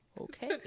okay